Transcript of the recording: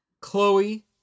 Chloe